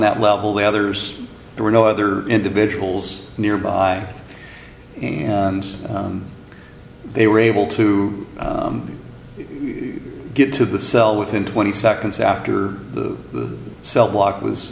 that level the others there were no other individuals nearby and they were able to get to the cell within twenty seconds after the cell block was